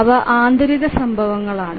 അവ ആന്തരിക സംഭവങ്ങളാണ്